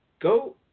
Go